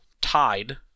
Tide